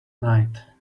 night